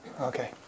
Okay